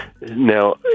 Now